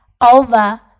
over